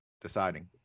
deciding